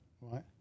right